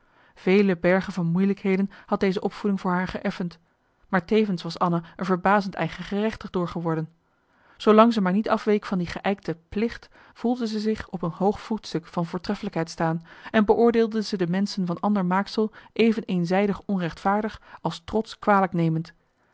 vele bergen van moeilijkheden had deze opvoeding voor haar geëffend maar tevens was anna er verbazend eigengerechtig door geworden zoolang ze maar niet afweek van die geijkte plicht voelde marcellus emants een nagelaten bekentenis ze zich op een hoog voetstuk van voortreffelijkheid staan en beoordeelde ze de menschen van ander maaksel even eenzijdig onrechtvaardig als trotsch kwalijknemend